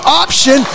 option